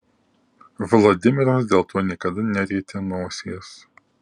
vladimiras dėl to niekada nerietė nosies